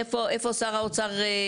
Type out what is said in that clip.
איפה שר האוצר?